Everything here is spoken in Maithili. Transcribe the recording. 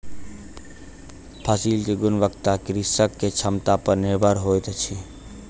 फसिल के गुणवत्ता कृषक के क्षमता पर निर्भर होइत अछि